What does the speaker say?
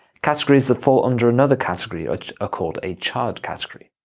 categories that fall under another category are ah called a child category.